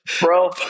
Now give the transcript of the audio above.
Bro